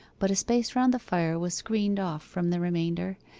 but a space round the fire was screened off from the remainder,